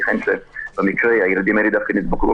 ייתכן שבמקרה הילדים האלה נדבקו דווקא